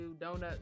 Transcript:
donuts